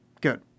Good